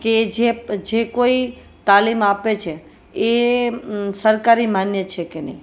એ જે કોઈ તાલીમ આપે છે એ સરકારી માન્ય છે કે નહીં